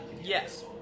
Yes